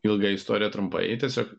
ilgą istoriją trumpai tiesiog